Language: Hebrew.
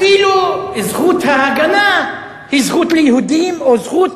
אפילו זכות ההגנה היא זכות ליהודים או זכות